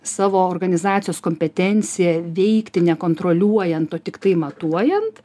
savo organizacijos kompetenciją veikti nekontroliuojant o tiktai matuojant